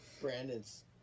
Brandon's